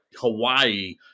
Hawaii